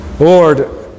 Lord